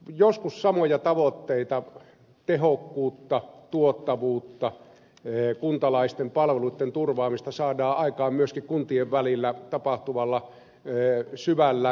joskus samoja tavoitteita tehokkuutta tuottavuutta kuntalaisten palveluitten turvaamista saadaan aikaan myöskin kuntien välillä tapahtuvalla syvällä yhteistoiminnalla